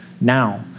now